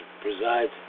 presides